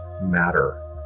matter